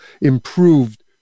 improved